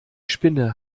spinne